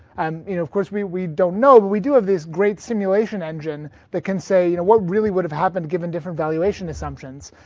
and you know of course we we don't know but we do have this great simulation engine that can say you know what really would have happened given different valuation assumptions?